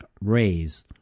raise